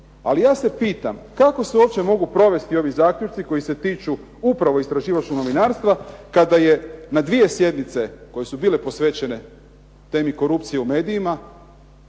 ali ja se pitam kako se uopće mogu provesti ovi zaključci koji se tiču upravo istraživačkog novinarstva kada je na 2 sjednice koje su bile posvećene temi korupcije u medijima